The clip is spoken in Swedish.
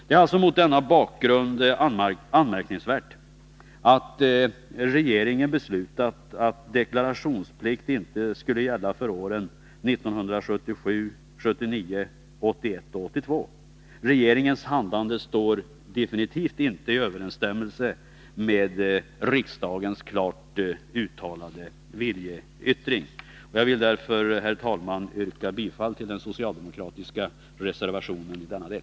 Det är mot denna bakgrund anmärkningsvärt att regeringen beslutat att deklarationsplikt inte skulle gälla för åren 1977, 1979, 1981 och 1982. Regeringens handlande står definitivt inte i överensstämmelse med riksdagens klart uttalade viljeinriktning. Jag vill därför, herr talman, yrka bifall till den socialdemokratiska reservationen i denna del.